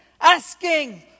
asking